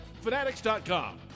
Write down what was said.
Fanatics.com